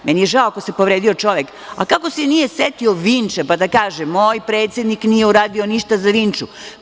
Meni je žao ako se povredio čovek, a kako se nije setio Vinče, pa da kaže – moj predsednik nije uradio ništa za Vinču.